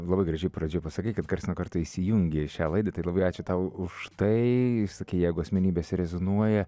labai gražiai pradžioj pasakei kad karts nuo karto įsijungi šią laidą tai labai ačiū tau už tai ir sakei jeigu asmenybės rezonuoja